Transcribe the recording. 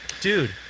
dude